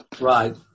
Right